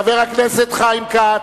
חבר הכנסת חיים כץ,